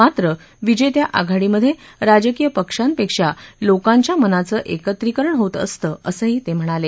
मात्र विजेत्या आघाडीमधे राजकीय पक्षांपेक्षा लोकांच्या मनांचं एकत्रीकरण होत असतं असं ते म्हणाले